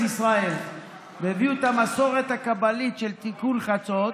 ישראל והביאו את המסורת הקבלית של תיקון חצות,